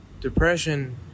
depression